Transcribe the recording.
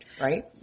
right